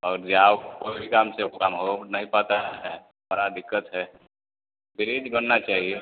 और जाओ कोई काम से वह काम हो नहीं पाता है बड़ा दिक्कत है ब्रीज बनना चाहिए